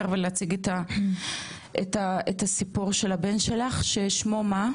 ולהציג את הסיפור של הבן שלך נתנאל.